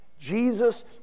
Jesus